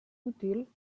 útil